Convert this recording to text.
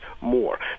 more